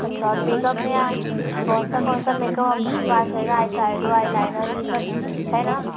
अच्छा और मेकअप में कौन सा कौन सा मेकअप आपके पास रहेगा आई सैडो आई लाइनर यह सब है ना